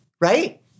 right